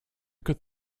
could